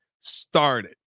started